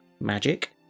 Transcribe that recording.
magic